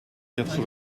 quatre